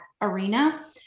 arena